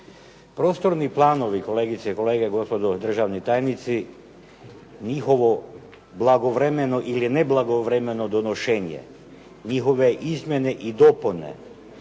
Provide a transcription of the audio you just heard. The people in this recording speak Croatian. Prostorni planovi, kolegice i kolege, gospodo državni tajnici, njihovo blagovremeno ili neblagovremeno donošenje, njihove izmjene i dopune